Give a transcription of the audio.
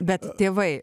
bet tėvai